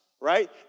right